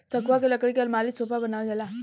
सखुआ के लकड़ी के अलमारी, सोफा बनावल जाला